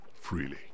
freely